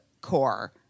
core